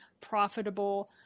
profitable